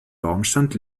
baumbestand